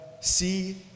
See